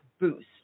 boost